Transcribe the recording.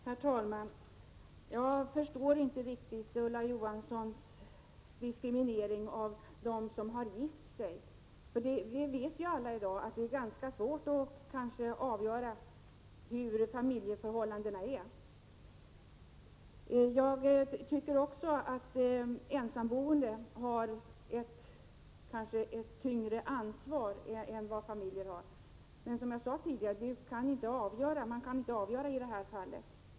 Herr talman! Jag förstår inte riktigt Ulla Johanssons diskriminering av dem som har gift sig. Alla vet i dag att det är ganska svårt att avgöra hur familjeförhållandena är. Jag tror också att ensamboende kan ha ett tyngre ansvar än familjer, men som jag sade tidigare går detta inte att avgöra.